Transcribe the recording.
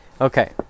Okay